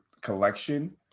collection